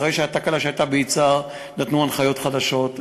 אחרי התקלה שהייתה ביצהר נתנו הנחיות חדשות,